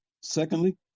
Secondly